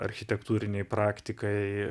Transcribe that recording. architektūrinei praktikai